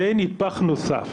זה נדבך נוסף,